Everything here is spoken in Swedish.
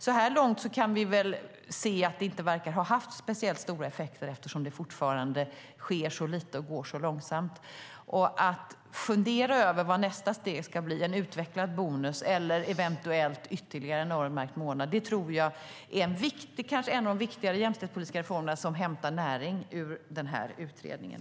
Så här långt kan vi väl se att det inte verkar ha haft så speciellt stora effekter, eftersom det fortfarande sker så lite och går så långsamt. Att fundera över vad nästa steg ska bli - en utvecklad bonus eller, eventuellt, ytterligare en öronmärkt månad - tror jag är en av de viktigare jämställdhetsreformerna som hämtar näring ur utredningen.